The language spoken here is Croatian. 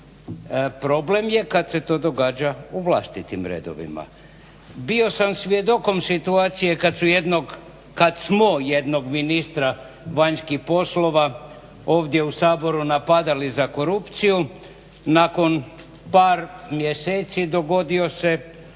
Problem je kad se to događa u vlastitim redovima. Bio sam svjedokom situacije kad smo jednog ministra vanjskih poslova ovdje u Saboru napadali za korupciju, nakon par mjeseci dogodio se